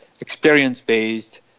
experience-based